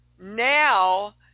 now